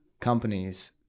companies